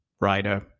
writer